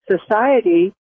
society